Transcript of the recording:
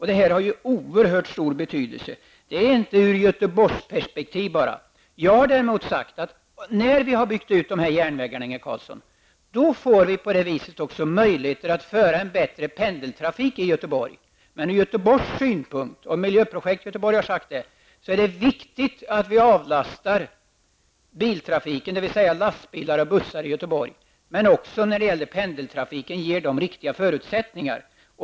Det har oerhört stor betydelse, inte bara ur Jag har däremot sagt, Inge Carlsson, att när vi har byggt ut dessa järnvägar, får vi också möjligheter till en bättre pendeltrafik i Göteborg. Men ur Göteborgs synpunkt, vilket Miljöprojektgruppen har sagt, är det viktigt att trafiken avlastas lastbilar och bussar. Men vi behöver också ge pendeltrafiken riktiga förutsättningar.